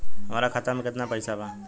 हमरा खाता मे केतना पैसा बा?